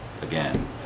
again